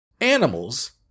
animals